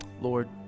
Lord